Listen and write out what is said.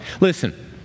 Listen